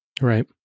Right